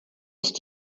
ist